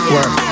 Work